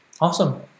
awesome